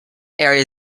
area